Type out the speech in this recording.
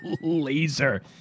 Laser